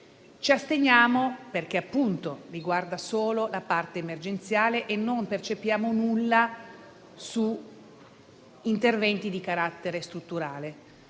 appunto il decreto riguarda solo la parte emergenziale e non si percepisce nulla su interventi di carattere strutturale.